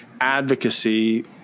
advocacy